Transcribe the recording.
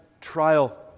trial